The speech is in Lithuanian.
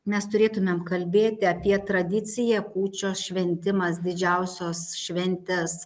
mes turėtumėm kalbėti apie tradiciją kūčios šventimas didžiausios šventės